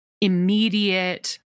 immediate